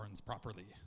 properly